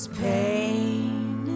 pain